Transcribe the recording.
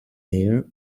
air